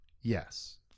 Yes